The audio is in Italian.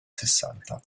sessanta